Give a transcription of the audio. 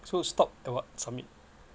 so stop and what submit